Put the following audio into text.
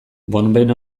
bonben